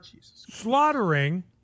slaughtering